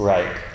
Right